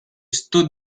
stood